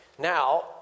Now